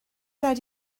raid